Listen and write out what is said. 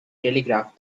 telegraph